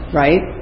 right